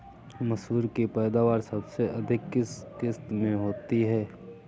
मसूर की पैदावार सबसे अधिक किस किश्त में होती है?